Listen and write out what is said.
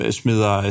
smider